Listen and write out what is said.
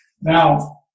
Now